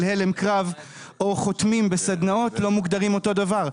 הלם קרב או חותמים בסדנאות לא מוגדרים אותו דבר.